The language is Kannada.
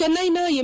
ಚೆನ್ನೈನ ಎಂ